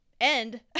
end